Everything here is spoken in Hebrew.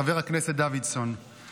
חבר הכנסת דוידסון,